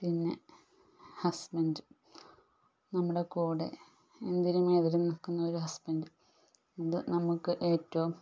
പിന്നെ ഹസ്ബൻഡ് നമ്മുടെ കൂടെ എന്തിനും ഏതിനും നിൽക്കുന്ന ഒരു ഹസ്ബൻഡ് അത് നമുക്ക് ഏറ്റവും